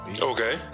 Okay